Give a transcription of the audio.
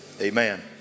amen